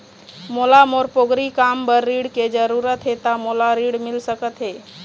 मोला मोर पोगरी काम बर ऋण के जरूरत हे ता मोला ऋण मिल सकत हे?